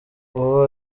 ubu